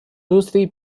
loosely